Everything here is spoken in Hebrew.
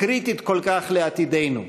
הקריטית כל כך לעתידנו,